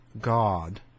God